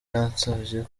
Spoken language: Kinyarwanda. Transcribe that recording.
yansabye